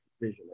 vision